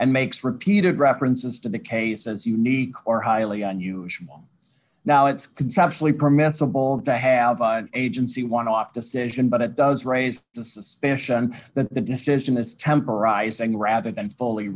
and makes repeated references to the case as unique or highly unusual now it's conceptually permissible to have an agency want to opt decision but it does raise the suspicion that the decision is temporizing rather than fully